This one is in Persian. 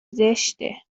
زشته